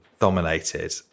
dominated